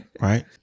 right